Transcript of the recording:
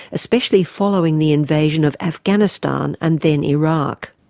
especially following the invasion of afghanistan and then iraq.